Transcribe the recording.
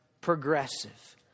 progressive